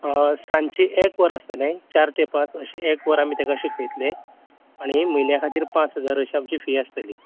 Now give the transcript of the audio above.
आं सांची एक वर आसतलें चार तें पांच अशीं एक वर आमी तेकां शिकयतलें आनी म्हयन्यां खातीर पांच हजार अशीं आमची फी आसतलीं